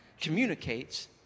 communicates